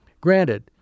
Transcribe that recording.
granted